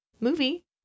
movie